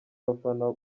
abafana